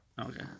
Okay